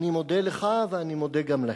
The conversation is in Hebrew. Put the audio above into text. אני מודה לך, ואני מודה גם להם.